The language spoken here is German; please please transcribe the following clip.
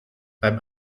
beim